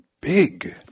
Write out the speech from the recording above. big